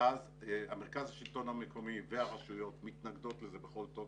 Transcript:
ואז מרכז השלטון המקומי והרשויות מתנגדים לזה בכל תוקף.